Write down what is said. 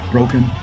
Broken